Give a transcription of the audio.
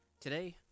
Today